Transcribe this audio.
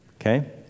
Okay